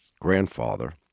grandfather